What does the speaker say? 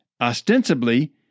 ostensibly